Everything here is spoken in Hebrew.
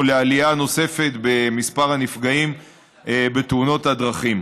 לעלייה נוספת במספר הנפגעים בתאונות הדרכים.